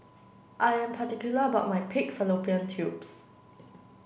I am particular about my pig fallopian tubes